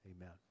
Amen